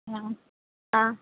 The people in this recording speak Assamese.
অঁ